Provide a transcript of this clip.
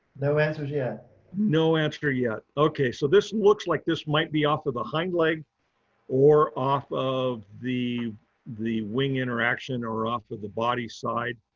no answers yet no answer yet. okay. so this looks like this might be off of the hind leg or off of the the wing interaction or off of the body side.